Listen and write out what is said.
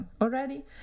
already